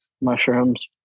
mushrooms